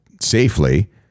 safely